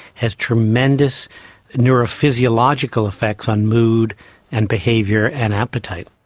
has tremendous neurophysiological effects on mood and behaviour and appetite.